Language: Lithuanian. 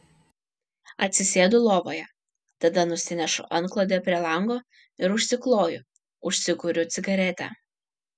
atsisėdu lovoje tada nusinešu antklodę prie lango ir užsikloju užsikuriu cigaretę